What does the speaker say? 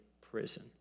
prison